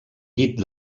llit